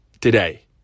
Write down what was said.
today